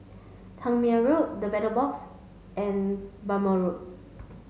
Tangmere Road The Battle Box and Bhamo Road